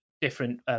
different